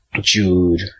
Jude